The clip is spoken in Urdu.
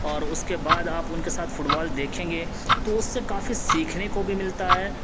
اور اس کے بعد آپ ان کے ساتھ فٹ بال دیکھیں گے تو وہ اس سے کافی سیکھنے کو بھی ملتا ہے